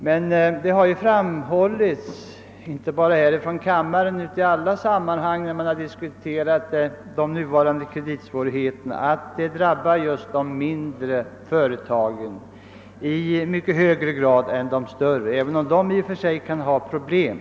Men det har framhållits, inte bara här i kammaren, utan även i andra sammanhang när man har diskuterat de nuvarande kreditsvårigheterna, att restriktionerna drabbar just de mindre företagen i mycket högre grad än de drabbar de större, även om dessa företag i och för sig kan ha problem.